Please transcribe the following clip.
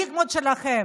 הפרדיגמות שלכם,